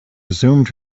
resumed